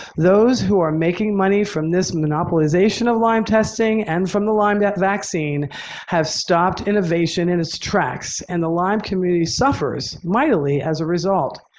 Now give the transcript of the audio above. those who are making money from this monopolization of lyme testing and from the lyme vaccine have stopped innovation in its tracks and the lyme community suffers mightily as a result.